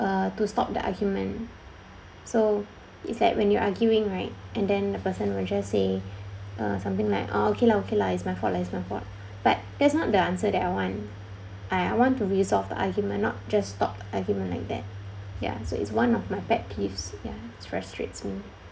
uh to stop the argument so it's like when you're arguing right and then the person will just say uh something like uh okay lah okay lah it's my fault lah it's my fault but that's not the answer that I want I I want to resolve the argument not just stopped argument like that ya so it's one of my bad piece ya frustrates me